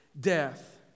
death